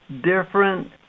different